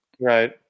right